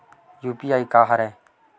UPI का हरय?